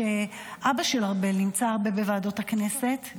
שאבא של ארבל נמצא הרבה בוועדות הכנסת,